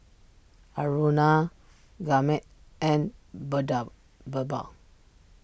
Aruna Gurmeet and Birbal